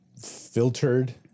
filtered